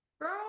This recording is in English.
Girl